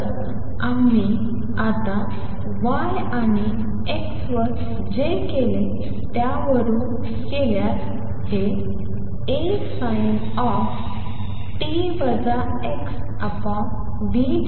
तर आम्ही आता y आणि x वर जे केले त्यावरून गेल्यास हे A sin of ω t x v